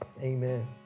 amen